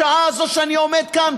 בשעה הזאת שאני עומד כאן,